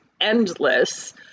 endless